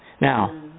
Now